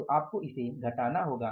तो आपको इसे घटाना होगा